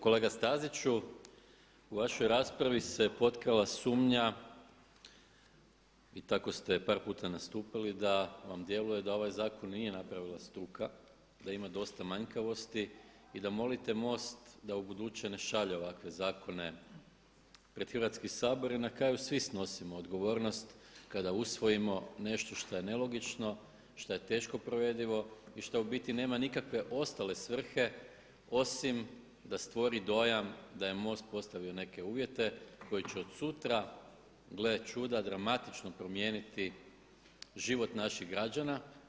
Kolega Staziću u vašoj raspravi se potkrala sumnja i tako ste par puta nastupili da vam djeluje da ovaj zakon nije napravila struka, da ima dosta manjkavosti i da molite MOST da ubuduće ne šalje ovakve zakone pred Hrvatski sabor jer na kraju svi snosimo odgovornost kada usvojimo nešto što je nelogično, što je teško provedivo i što u biti nema nikakve ostale svrhe osim da stvori dojam da je MOST postavio neke uvjete koji će od sutra gle čuda dramatično promijeniti život naših građana.